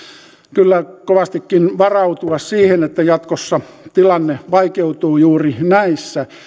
kyllä kovastikin varautua siihen että jatkossa tilanne vaikeutuu juuri näissä